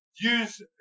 use